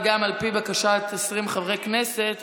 וגם על פי בקשת 20 חברי כנסת,